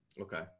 Okay